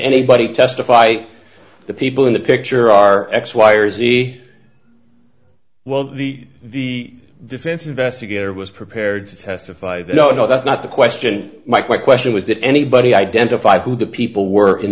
anybody testify the people in the picture are x y or z well the defense investigator was prepared to testify that oh no that's not the question my question was did anybody identify who the people were in